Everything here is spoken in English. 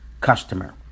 customer